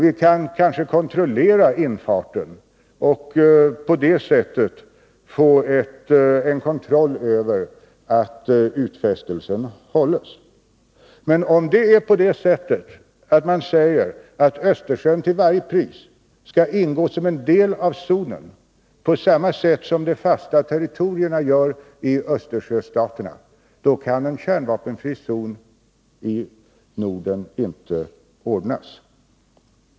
Vi kan kanske kontrollera infart och på det sättet få en kontroll över att utfästelsen hålls. Men om det är på det sättet, att man säger att Östersjön till varje pris skall ingå som en del i zonen, på samma sätt som de fasta territorierna gör i Östersjöstaterna, kan en kärnvapenfri zon i Norden inte åstadkommas.